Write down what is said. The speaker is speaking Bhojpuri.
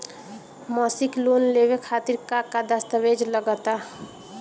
मसीक लोन लेवे खातिर का का दास्तावेज लग ता?